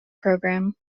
program